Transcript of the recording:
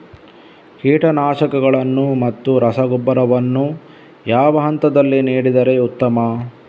ಕೀಟನಾಶಕಗಳನ್ನು ಮತ್ತು ರಸಗೊಬ್ಬರವನ್ನು ಯಾವ ಹಂತದಲ್ಲಿ ನೀಡಿದರೆ ಉತ್ತಮ?